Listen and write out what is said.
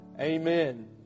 Amen